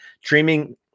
streaming